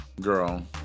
girl